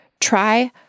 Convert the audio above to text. try